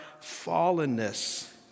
fallenness